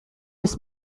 ist